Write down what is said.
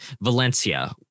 Valencia